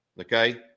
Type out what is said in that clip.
Okay